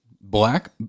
Black